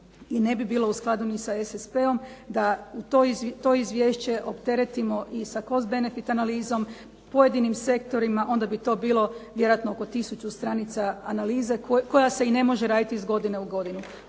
i ne bi bilo u skladu ni sa SSP-om da to izvješće opteretimo i sa kost benefit analizom, pojedinim sektorima, onda bi to bilo vjerojatno oko tisuća stranica analize koja se i ne može raditi iz godine u godinu.